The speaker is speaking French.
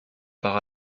par